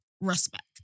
Respect